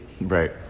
Right